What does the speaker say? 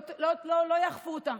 לא יאכפו אותה.